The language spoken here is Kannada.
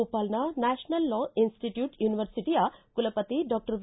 ಭೂಪಾಲ್ನ ನ್ನಾಪನಲ್ ಲಾ ಇನ್ಸಿಟ್ಟೂಟ್ ಯೂನಿವರ್ಸಿಟಿಯ ಕುಲಪತಿ ಡಾಕ್ಟರ್ ವಿ